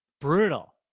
Brutal